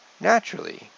Naturally